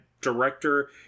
director